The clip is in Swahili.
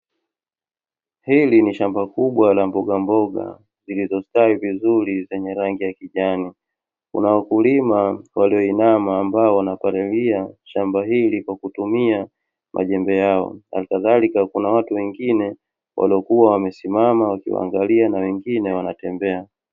Hili ni shamba kubwa la mbogamboga, zilizostawi vizuri zenye rangi ya kijani; kuna wakulima walioinama, ambao wanapalilia shamba hili kwa kutumia majembe yao. Hali kadhalika kuna watu wengine waliokuwa wamesimama wakiwaangalia na wengine wanatembea.